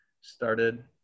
started